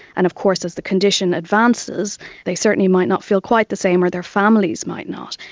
and of course as the condition advances they certainly might not feel quite the same or their families might not.